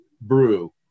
brew